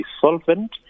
solvent